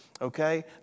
Okay